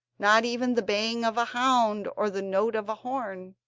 not even the baying of a hound or the note of a horn.